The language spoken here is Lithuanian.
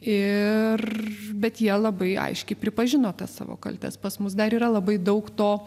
ir bet jie labai aiškiai pripažino tas savo kaltes pas mus dar yra labai daug to